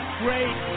great